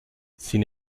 sin